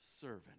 servant